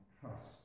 trust